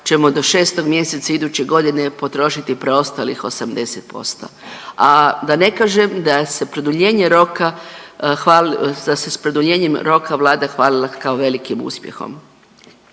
ćemo do 6 mjeseca iduće godine potrošiti preostalih 80%, a da ne kažem da se produljenje roka, da se s produljenjem roka Vlada hvalila kao velikim uspjehom.